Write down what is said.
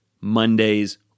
Mondays